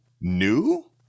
new